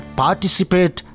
participate